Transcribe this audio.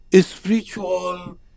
spiritual